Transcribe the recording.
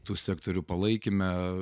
tų sektorių palaikyme